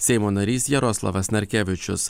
seimo narys jaroslavas narkevičius